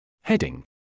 Heading